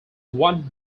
one